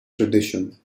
tradition